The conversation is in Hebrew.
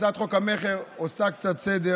המכר עושה קצת סדר